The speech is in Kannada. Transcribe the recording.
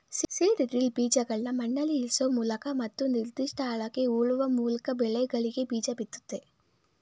ಸೀಡ್ ಡ್ರಿಲ್ ಬೀಜಗಳ್ನ ಮಣ್ಣಲ್ಲಿಇರ್ಸೋಮೂಲಕ ಮತ್ತು ನಿರ್ದಿಷ್ಟ ಆಳಕ್ಕೆ ಹೂಳುವಮೂಲ್ಕಬೆಳೆಗಳಿಗೆಬೀಜಬಿತ್ತುತ್ತೆ